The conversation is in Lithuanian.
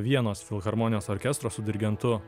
vienos filharmonijos orkestro su dirigentu